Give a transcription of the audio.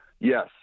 Yes